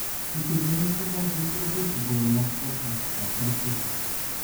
iki džeimso galbūt ir būtų buvę nesvarbu tas ar kitas